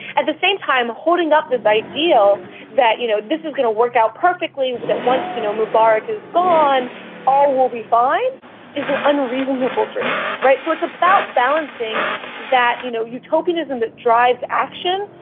at the same time holding up this ideal that you know this is going to work out perfectly, that once you know mubarak has gone all will be fine is an unreasonable dream. so it's about balancing that you know utopianism that drives action,